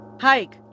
Hike